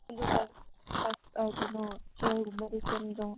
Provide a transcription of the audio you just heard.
ꯀꯩꯅꯣ ꯆꯤꯌꯔꯒꯨꯝꯕꯗꯤ ꯁꯦꯝꯗ꯭ꯔꯣ